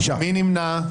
מי נמנע?